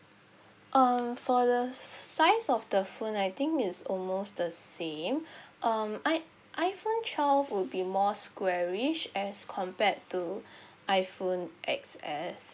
uh for the size of the phone I think it's almost the same um i~ iphone twelve would be more squarish as compared to iphone X_S